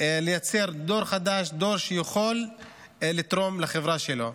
לייצר דור חדש, דור שיכול לתרום לחברה שלו.